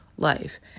Life